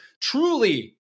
truly